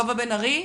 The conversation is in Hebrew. בבקשה,